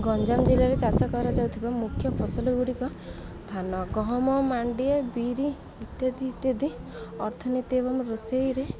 ଗଞ୍ଜାମ ଜିଲ୍ଲାରେ ଚାଷ କରାଯାଉଥିବା ମୁଖ୍ୟ ଫସଲ ଗୁଡ଼ିକ ଧାନ ଗହମ ମାଣ୍ଡିଆ ବିରି ଇତ୍ୟାଦି ଇତ୍ୟାଦି ଅର୍ଥନୀତି ଏବଂ ରୋଷେଇରେ